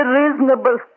reasonable